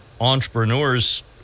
entrepreneurs